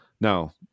Now